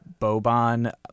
Boban